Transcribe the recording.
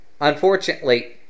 unfortunately